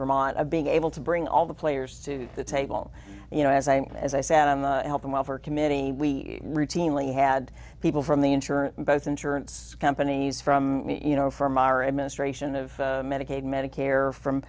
vermont a being able to bring all the players to the table you know as a as i sat on the health and welfare committee we routinely had people from the insurance both insurance companies from you know from our administration of medicaid medicare from